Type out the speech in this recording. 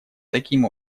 таким